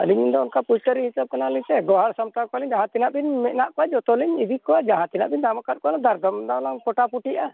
ᱟᱹᱞᱤᱧ ᱫᱚ ᱚᱱᱠᱟ ᱯᱟᱹᱭᱠᱟᱹᱨᱤ ᱦᱤᱥᱟᱹᱵ ᱠᱟᱱᱟᱞᱤᱧ ᱥᱮ ᱜᱚᱦᱚᱲ ᱥᱟᱢᱴᱟᱣ ᱠᱚᱣᱟ ᱞᱤᱧ ᱡᱟᱦᱟᱸ ᱛᱤᱱᱟᱹᱜ ᱢᱮᱱᱟᱜ ᱠᱚᱣᱟ ᱡᱚᱛᱚ ᱞᱤᱧ ᱤᱫᱤ ᱠᱚᱣᱟ ᱡᱟᱦᱟᱸ ᱛᱤᱱᱟᱹᱜ ᱵᱤᱱ ᱫᱟᱢ ᱟᱠᱚᱣᱟ ᱫᱚᱨᱫᱟᱢ ᱫᱚ ᱱᱟᱦᱟᱜᱞᱟᱝ ᱯᱚᱴᱟᱯᱩᱴᱤᱜᱼᱟ